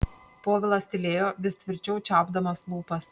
povilas tylėjo vis tvirčiau čiaupdamas lūpas